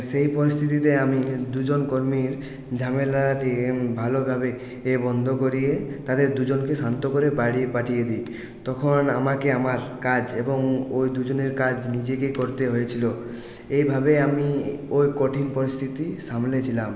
সেই পরিস্থিতিতে আমি দুজন কর্মীর ঝামেলাটি ভালোভাবে এ বন্ধ করিয়ে তাদের দুজনকে শান্ত করে বাড়ি পাঠিয়ে দিই তখন আমাকে আমার কাজ এবং ওই দুজনের কাজ নিজেকে করতে হয়েছিল এইভাবে আমি ওই কঠিন পরিস্থিতি সামলেছিলাম